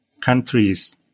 countries